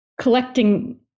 collecting